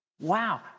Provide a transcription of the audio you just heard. Wow